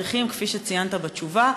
כפי שציינת בתשובה,